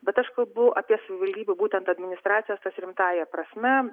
bet aš kalbu apie savivaldybių būtent administracijos tas rimtąja prasme